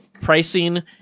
Pricing